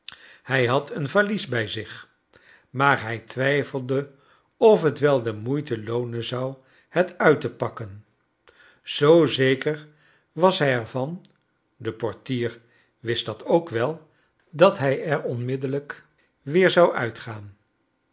hij had een valies bij zich maar hij twijfelde of het wel de moeite loonen zou het uit te pakken zoo zeker was hij er van de portier wist dat ook wel dat hij er onmiddellijk weer zou uitgaan